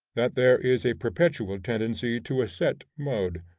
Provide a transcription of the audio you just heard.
that there is a perpetual tendency to a set mode.